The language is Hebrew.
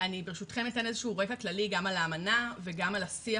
ברשותכם אתן רקע כללי גם על האמנה וגם על השיח